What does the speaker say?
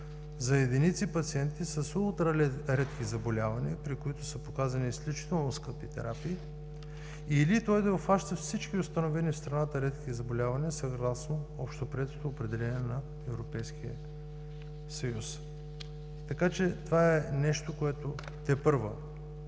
за единици пациенти с ултра редки заболявания, при които са показани изключително скъпи терапии, или той да обхваща всички установени в страната редки заболявания, съгласно общоприетото определение на Европейския съюз. Това е нещото, което тепърва